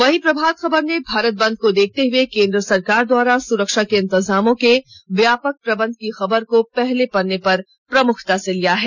वहीं प्रभात खबर ने भारत बंद को देखते हुए केंद सरकार द्वारा सुरक्षा के इंतजामों के व्यापक प्रबंध की खबर को पहले पन्ने पर प्रमुखता से लिया है